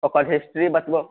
ओकर हिस्ट्री बतबो